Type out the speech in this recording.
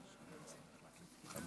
חבריי